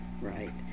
right